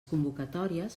convocatòries